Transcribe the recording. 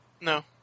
No